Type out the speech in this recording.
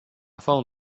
found